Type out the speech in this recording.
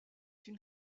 une